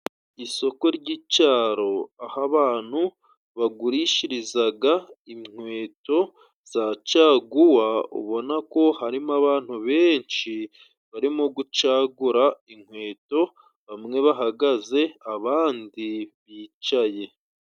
Isoko ryi'caro aho abantu bagurishirizaga inkweto za caguwa ubona ko harimo abantu benshi barimo gucagura inkweto bamwe bahagaze abandi bicaye.